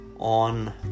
on